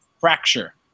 fracture